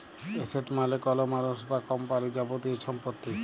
asset মালে কল মালুস বা কম্পালির যাবতীয় ছম্পত্তি